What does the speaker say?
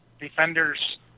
Defenders